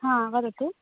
हा वदतु